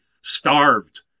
starved